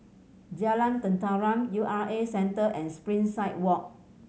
Jalan Tenteram U R A Centre and Springside Walk